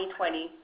2020